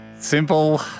Simple